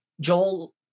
Joel